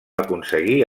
aconseguir